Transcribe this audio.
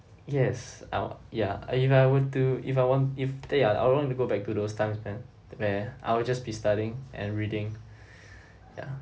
yes uh ya if I were to if I want if eh I want to go back to those times man where I will just be studying and reading ya